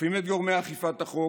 תוקפים את גורמי אכיפת החוק,